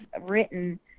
written